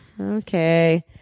Okay